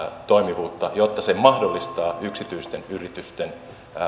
toimivuutta jotta se mahdollistaa yksityisten yritysten